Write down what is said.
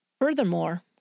Furthermore